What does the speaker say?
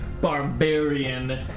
barbarian